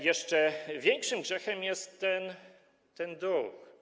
Jeszcze większym grzechem jest ten duch.